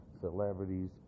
celebrities